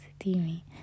steamy